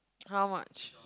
how much